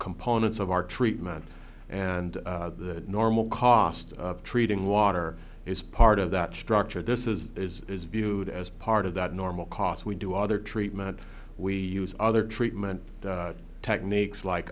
components of our treatment and the normal cost of treating water is part of that structure this is is is viewed as part of that normal cost we do other treatment we use other treatment techniques like